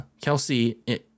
Kelsey